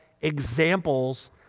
examples